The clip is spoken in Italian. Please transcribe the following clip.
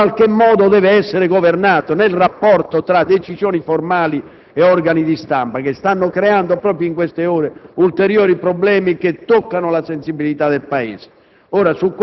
che in qualche modo deve essere governato nel rapporto tra decisioni formali e organi di stampa, che stanno creando, proprio in queste ore, ulteriori problemi che toccano la sensibilità del Paese.